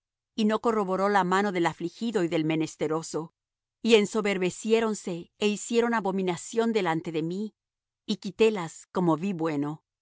y no corroboró la mano del afligido y del menesteroso y ensoberbeciéronse é hicieron abominación delante de mí y quitélas como vi bueno